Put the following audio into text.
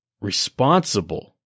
responsible